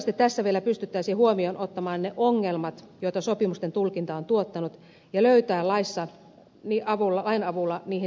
toivottavasti tässä vielä pystyttäisiin huomioon ottamaan ne ongelmat joita sopimusten tulkinta on tuottanut ja löytämään lain avulla niihin selkeämpi ratkaisumalli